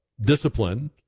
discipline